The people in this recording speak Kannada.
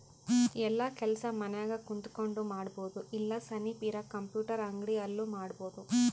ಯೆಲ್ಲ ಕೆಲಸ ಮನ್ಯಾಗ ಕುಂತಕೊಂಡ್ ಮಾಡಬೊದು ಇಲ್ಲ ಸನಿಪ್ ಇರ ಕಂಪ್ಯೂಟರ್ ಅಂಗಡಿ ಅಲ್ಲು ಮಾಡ್ಬೋದು